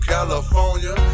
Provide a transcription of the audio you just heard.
California